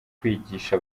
kwigisha